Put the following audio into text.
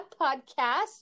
Podcast